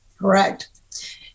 Correct